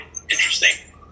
interesting